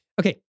Okay